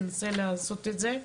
ננסה לעשות את זה,